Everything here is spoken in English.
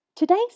Today's